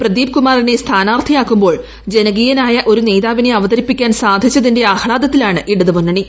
പ്രദീപ് കുമാറിനെ സ്ഥാനാർഥിയാക്കുമ്പോൾ ജനകീയനായ നേതാവിനെ അവതരിപ്പിക്കാൻ സാധിച്ചതിന്റെ ഒരു ആഹ്താദത്തിലാണ് ഇടതു മുന്നണി